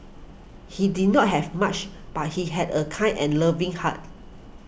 he did not have much but he had a kind and loving heart